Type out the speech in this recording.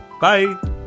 bye